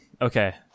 Okay